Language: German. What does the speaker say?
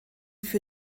für